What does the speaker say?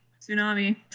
tsunami